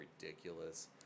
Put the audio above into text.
ridiculous